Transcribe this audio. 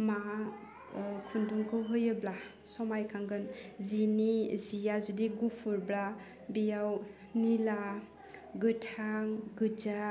माहा ओह खुन्दुंखौ होयोब्ला समायखांगोन जिनि जिया जुदि गुफुरब्ला बेयाव नीला गोथां गोज्जा